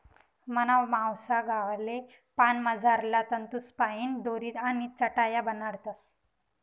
मना मावसा गावले पान मझारला तंतूसपाईन दोरी आणि चटाया बनाडतस